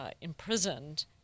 imprisoned